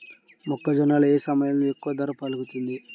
మొక్కజొన్న ఏ సమయంలో ఎక్కువ ధర పలుకుతుంది?